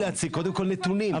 קודם כל נתונים.